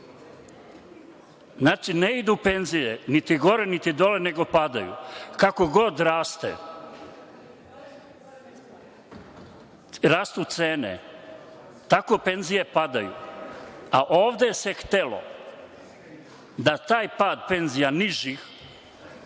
Znači, ne idu penzije niti gore niti dole, nego padaju. Kako god rastu cene, tako penzije padaju, a ovde se htelo da se taj pad penzija nižih